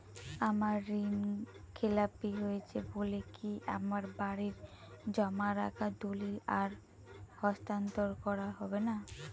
আমার ঋণ খেলাপি হয়েছে বলে কি আমার বাড়ির জমা রাখা দলিল আর হস্তান্তর করা হবে না?